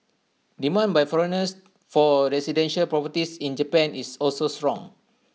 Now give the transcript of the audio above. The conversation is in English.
demand by foreigners for residential properties in Japan is also strong